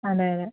അതെ അതെ